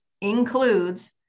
includes